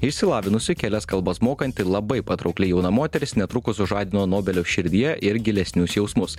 išsilavinusi kelias kalbas mokanti labai patraukli jauna moteris netrukus sužadino nobelio širdyje ir gilesnius jausmus